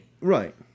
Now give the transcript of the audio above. Right